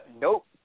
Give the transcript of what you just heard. nope